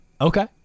Okay